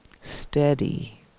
Steady